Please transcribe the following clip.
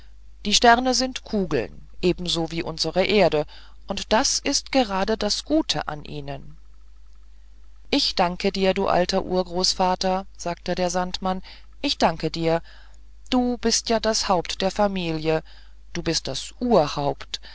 die sterne sind kugeln ebenso wie unsere erde und das ist gerade das gute an ihnen ich danke dir du alter urgroßvater sagte der sandmann ich danke dir du bist ja das haupt der familie du bist das urhaupt